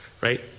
right